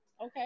Okay